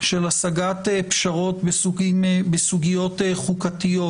של השגת פשרות בסוגיות חוקתיות,